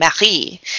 Marie